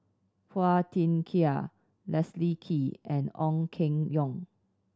Phua Thin Kiay Leslie Kee and Ong Keng Yong